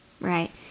Right